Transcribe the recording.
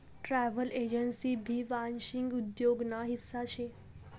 travel agency भी वांशिक उद्योग ना हिस्सा शे